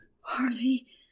Harvey